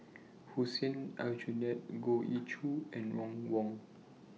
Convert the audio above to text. Hussein Aljunied Goh Ee Choo and Ron Wong